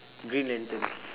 green lantern